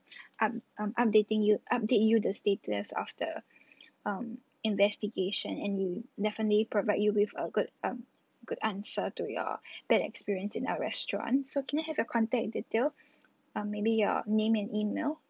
up~ um updating you update you the status of the um investigation and we'll definitely provide you with a good um good answer to your bad experience in our restaurant so can I have your contact detail um maybe your name and email